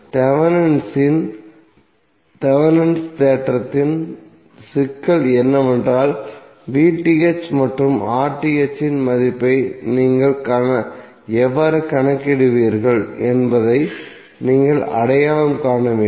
Thevenin's தேற்றத்தின் சிக்கல் என்னவென்றால் மற்றும் இன் மதிப்பை நீங்கள் எவ்வாறு கணக்கிடுவீர்கள் என்பதை நீங்கள் அடையாளம் காண வேண்டும்